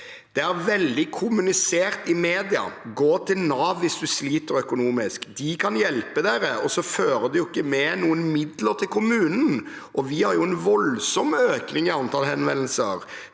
Det er veldig kommunisert i media: Gå til Nav hvis du sliter økonomisk. De kan hjelpe dere. Så følger det jo ikke med noen midler til kommunen, og vi har en voldsom økning i antall henvendelser.